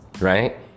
Right